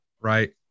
Right